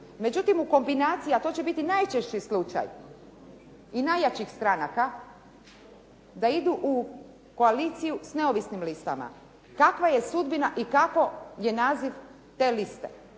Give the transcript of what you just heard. Međutim, u kombinaciji a to će bit najčešći slučaj i najjačih stranaka da idu u koaliciju s neovisnim listama, kakva je sudbina i kako je naziv te liste.